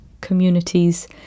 Communities